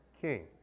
king